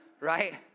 Right